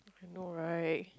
you know right